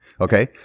okay